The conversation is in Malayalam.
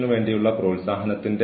അതിനാൽ എനിക്ക് ജോലി ലഭിച്ചില്ല